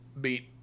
beat